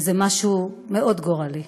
משהו מאוד גורלי.